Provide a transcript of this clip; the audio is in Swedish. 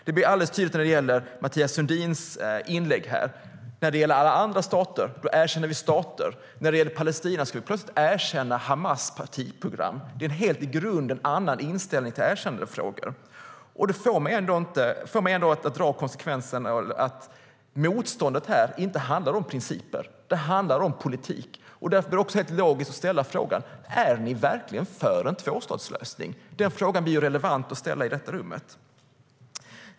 Det blir tydligt i Mathias Sundins inlägg; när det gäller alla andra stater erkänner man stater, men när det gäller Palestina ska man plötsligt erkänna Hamas partiprogram. Det är en i grunden helt annan inställning till erkännandefrågor. Detta får mig att dra konsekvensen att motståndet här inte handlar om principer. Det handlar om politik. Därför blir det helt logiskt att ställa frågan: Är ni verkligen för en tvåstatslösning? Den frågan blir relevant att ställa i detta rum.